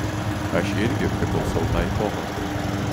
aš irgi priklausau tai kohortai